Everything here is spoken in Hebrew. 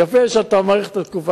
יפה שאתה מאריך את התקופה.